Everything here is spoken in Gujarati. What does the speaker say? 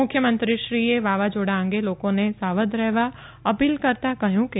મુખ્યમંત્રી શ્રીએ વાવાઝોડા અંગે લોકોને સાવધ રહેવા અપીલ કરતા કહયું કે